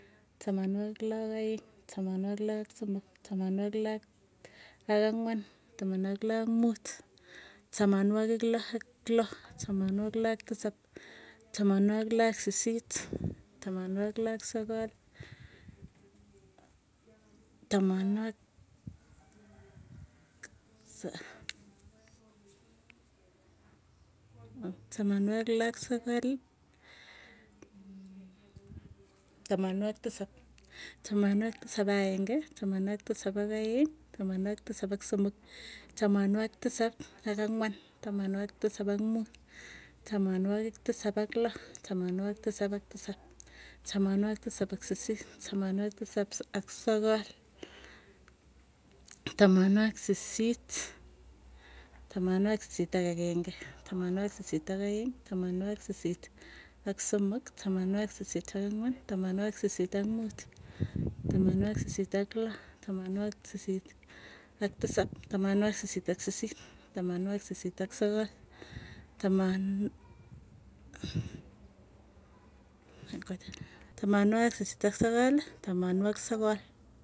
Tamanwagik loo ak aeng, tamanwagik loo ak somok, tamanwagik loo ak ang; wan. tamanwagik loo ak mut. tamanwagik loo ak tamanwagik loo ak tisap, tamanwagik loo ak sisit, tamanwagik loo ak sokol. tamanwagik tisap ak ageng tamanwagik tisap ak agenge, tamanwaagik tisap ak aeng tamanawagik tisap ak somok. tamanwagik tisap ak angwan tamanwagik tisap ak muut tamanwagik tisap ak loo tamanwagik tisap tamanwagik tisap ak sisit, tamanwagik tisap ak sokol, tamanwagik tisap ak, tamanwagik sisit, tamanwagik sisit ak ageng'e, tamanwagik sisit ak aeng, tamanwagik sisit ak somok, tamanwagik sisit ak angwany, tamanwagik sisi ak muut, tamanwagik sisit ak loo, tamanwagik sisit ak tisap, tamanwagik sisit ak sisit, tamanwagik sisit ak sogol, tamanwagik sokol.